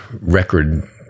record